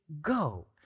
go